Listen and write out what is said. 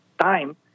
time